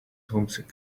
homesick